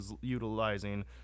utilizing